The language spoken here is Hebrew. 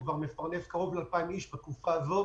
מפרנס קרוב ל-2,000 איש בתקופה הזאת.